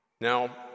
Now